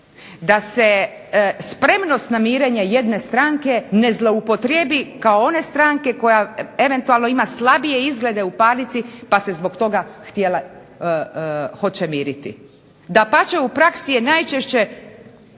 da se spremnost na mirenje jedne stranke ne zloupotrijebi kao one stranke koja eventualno ima slabije izglede u parnici, pa se zbog toga htjela, hoće miriti. Dapače, u praksi je najčešće